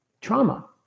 trauma